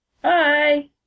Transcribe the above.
bye